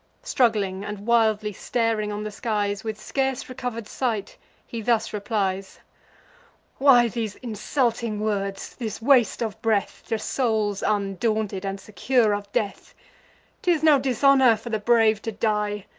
struggling, and wildly staring on the skies, with scarce recover'd sight he thus replies why these insulting words, this waste of breath, to souls undaunted, and secure of death? t is no dishonor for the brave to die,